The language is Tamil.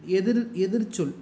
எதிர் எதிர்ச்சொல்